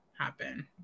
happen